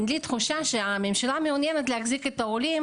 יש לי תחושה שהממשלה מעוניינת להחזיק את העולים